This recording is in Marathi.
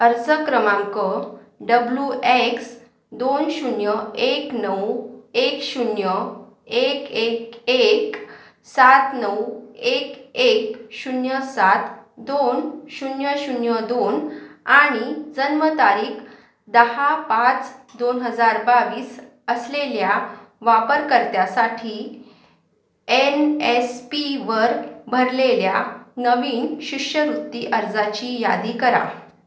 अर्ज क्रमांक डब्लू एक्स दोन शून्य एक नऊ एक शून्य एक एक एक सात नऊ एक एक शून्य सात दोन शून्य शून्य दोन आणि जन्मतारीख दहा पाच दोन हजार बावीस असलेल्या वापरकर्त्यासाठी एन एस पीवर भरलेल्या नवीन शिष्यवृत्ती अर्जाची यादी करा